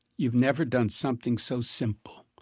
you've never done something so simple,